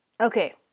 Okay